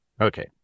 Okay